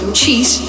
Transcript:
cheese